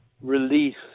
release